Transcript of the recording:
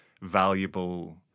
valuable